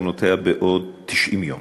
מסקנותיה בעוד 80 יום